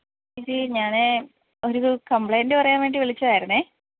ചേച്ചി ഞാന് ഓരൂ കമ്പ്ലൈൻ്റ് പറയാൻ വേണ്ടി വിളിച്ചതായിരുന്നേ